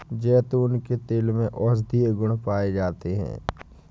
जैतून के तेल में औषधीय गुण पाए जाते हैं